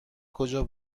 کجا